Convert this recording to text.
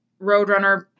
Roadrunner